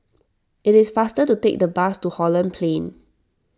it is faster to take the bus to Holland Plain